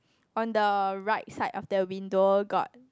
on the right side of the window got